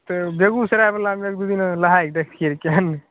तऽ बेगूसरायवलामे एक दू दिना नहाए कऽ देखतियै रहए केहन